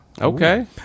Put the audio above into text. Okay